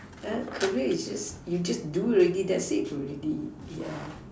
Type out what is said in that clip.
err career is just you just do already that's it already yeah